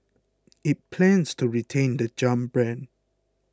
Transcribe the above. it plans to retain the Jump brand